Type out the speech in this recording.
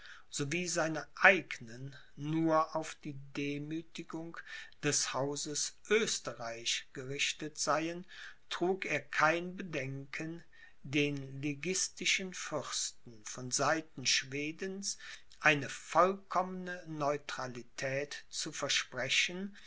wie seine eignen nur auf die demütigung des hauses oesterreich gerichtet seien trug er kein bedenken den liguistischen fürsten von seiten schwedens eine vollkommene neutralität zu versprechen